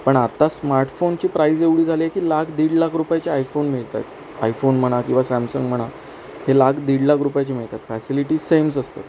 पण आता स्मार्टफोनची प्राईज एवढी झाली आहे की लाख दीड लाख रुपयाचे आयफोन मिळतात आयफोन म्हणा किंवा सॅमसंग म्हणा हे लाख दीड लाख रुपयाचे मिळतात फॅसिलिटी सेमच असतं